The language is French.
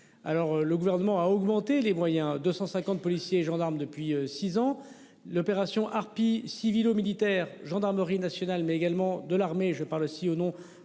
Alors le gouvernement a augmenté les moyens, 250 policiers et gendarmes depuis 6 ans. L'opération Harpie civilo-militaire gendarmerie nationale mais également de l'armée, je parle aussi au nom bien sûr de